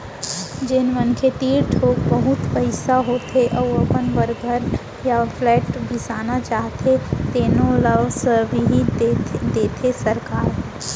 जेन मनखे तीर थोक बहुत पइसा होथे अउ अपन बर घर य फ्लेट बिसाना चाहथे तेनो ल सब्सिडी देथे सरकार ह